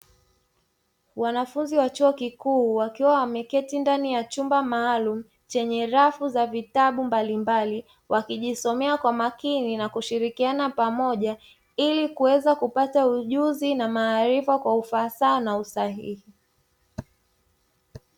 Wanafunzi wa chuo kikuu wakiwa wameketi ndani ya chumba maalumu chenye rafu za vitabu mbalimbali wakijisomea kwa makini na kushirikiana pamoja, ili kuweza kupata ujuzi na maarifa kwa ufasaha na usahihi.